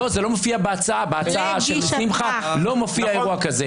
לא מופיע אירוע כזה.